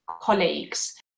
colleagues